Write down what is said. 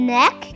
neck